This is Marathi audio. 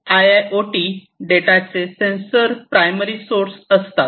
आय आय ओ टी डेटाचे सेन्सर प्रायमरी सोर्स असतात